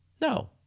No